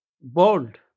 bold